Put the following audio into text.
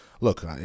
look